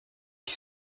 qui